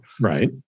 Right